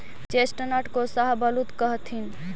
chestnut को शाहबलूत कहथीन